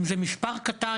אם זה מספר קטן,